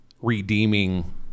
redeeming